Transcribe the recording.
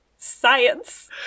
science